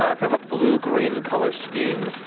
ah kind of a blue-green color scheme.